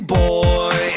boy